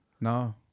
No